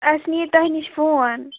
اسہِ نِیے تۄہہِ نِش فوٗن